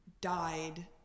died